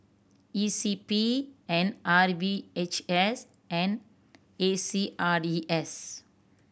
E C P and R V H S and A C R E S